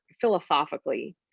philosophically